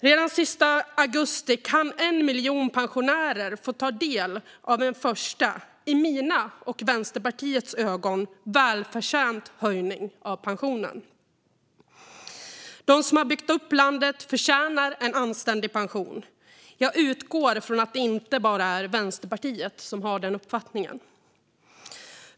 Redan den 31 augusti kan 1 miljon pensionärer få ta del av en första, i mina och Vänsterpartiets ögon, välförtjänt höjning av pensionen. De som har byggt upp landet förtjänar en anständig pension. Jag utgår från att det inte bara är Vänsterpartiet som har den uppfattningen.